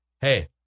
hey